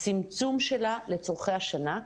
הצמצום שלה לצורכי השנה,